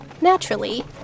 naturally